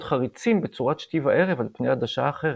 חריצים בצורת שתי-וערב על פני עדשה אחרת.